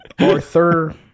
Arthur